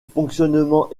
fonctionnement